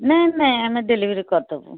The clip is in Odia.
ନାଇଁ ନାଇଁ ଆମେ ଡେଲିଭରି କରିଦେବୁ